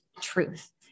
truth